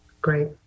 Great